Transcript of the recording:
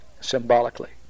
symbolically